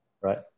right